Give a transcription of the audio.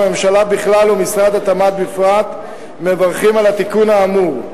הממשלה בכלל ומשרד התמ"ת בפרט מברכים על התיקון האמור.